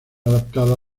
adaptada